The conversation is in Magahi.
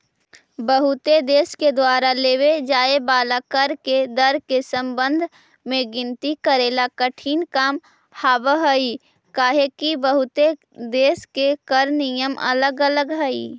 बहुते देश के द्वारा लेव जाए वाला कर के दर के संबंध में गिनती करेला कठिन काम हावहई काहेकि बहुते देश के कर नियम अलग अलग हई